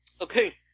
Okay